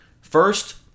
first